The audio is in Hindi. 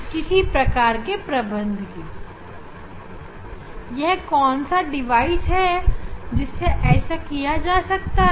यह कौन सा यंत्र है जिससे ऐसा किया जा सकता है